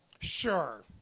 sure